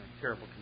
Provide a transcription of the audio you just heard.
terrible